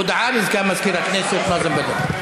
הודעה לסגן מזכירת הכנסת, נאזם בדר.